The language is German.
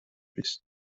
bist